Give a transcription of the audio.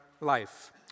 Life